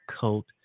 coat